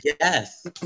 Yes